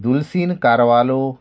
Dulcine Carvalho